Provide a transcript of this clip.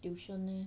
tuition leh